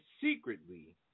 secretly